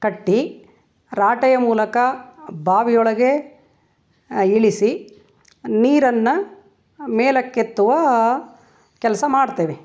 ಕಟ್ಟಿ ರಾಟೆಯ ಮೂಲಕ ಬಾವಿಯೊಳಗೆ ಇಳಿಸಿ ನೀರನ್ನು ಮೇಲಕ್ಕೆತ್ತುವ ಕೆಲಸ ಮಾಡ್ತೇವೆ